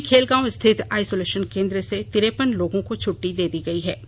वहीं खेलगांव रिथत आइसोलेशन केंद्र से तिरपन लोगों को छुट्टी दी गई है